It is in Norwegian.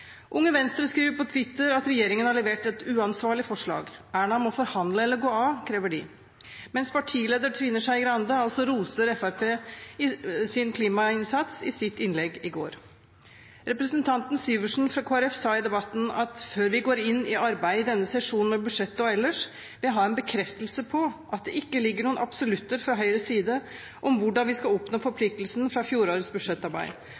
Unge Venstre skriver på Twitter at regjeringen har levert et uansvarlig forslag – Erna må forhandle eller gå av, krever de – mens partileder Trine Skei Grande roste Fremskrittspartiets klimainnsats i sitt innlegg i går. Representanten Syversen fra Kristelig Folkeparti sa i debatten at før vi går inn i arbeidet i denne sesjonen med budsjettet og ellers, ville han ha en bekreftelse på at det ikke ligger noen absolutter fra Høyres side om hvordan vi skal oppnå forpliktelsen fra fjorårets budsjettarbeid.